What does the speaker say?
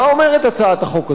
מה אומרת הצעת החוק הזו?